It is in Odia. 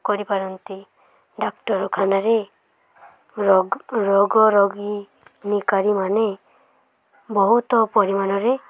କରିପାରନ୍ତି ଡାକ୍ତରଖାନାରେ ରୋଗ ରୋଗ ରୋଗୀ ନିକାରୀମାନେ ବହୁତ ପରିମାଣରେ